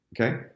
Okay